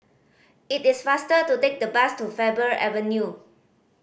it is faster to take the bus to Faber Avenue